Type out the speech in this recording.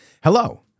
hello